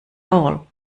all